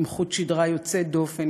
עם חוט שדרה יוצא דופן,